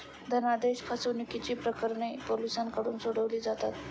धनादेश फसवणुकीची प्रकरणे पोलिसांकडून सोडवली जातात